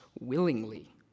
willingly